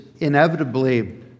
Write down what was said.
inevitably